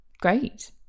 great